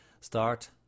Start